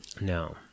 No